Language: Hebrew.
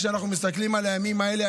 כשאנחנו מסתכלים על הימים האלה,